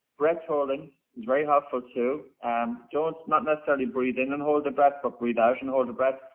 breath-holding is very helpful too, um don't. not necessarily breathe in and hold the breath, but breathe out and hold the breath.